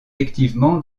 effectivement